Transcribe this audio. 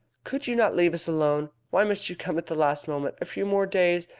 could you not leave us alone? why must you come at the last moment? a few more days,